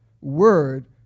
word